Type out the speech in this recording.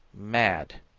mad,